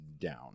down